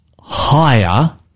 higher